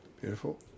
Beautiful